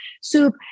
soup